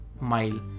mile